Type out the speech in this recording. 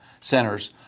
Centers